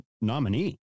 nominee